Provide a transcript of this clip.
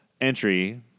entry